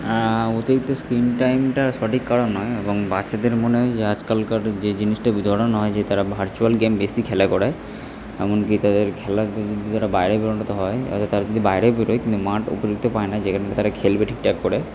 হ্যাঁ অতিরিক্ত স্ক্রিন টাইমটা সঠিক কারণ নয় এবং বাচ্চাদের মনে আজকালকার যে জিনিসটা হয় যে তারা ভার্চুয়াল গেম বেশি খেলা করে এমন কী তাদের খেলার যদি তারা বাইরে বেরোতে হয় তা হলে তারা কিন্তু বাইরে বেরোয় কিন্তু মাঠ উপযুক্ত পায় না যেখানে তারা খেলবে ঠিকঠাক করে